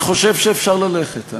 אני חושב שאפשר ללכת.